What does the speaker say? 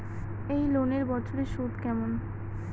এই লোনের বছরে সুদ কেমন?